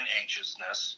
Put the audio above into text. anxiousness